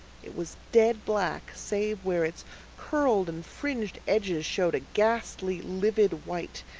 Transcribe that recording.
it was dead black, save where its curled and fringed edges showed a ghastly, livid white.